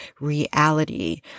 reality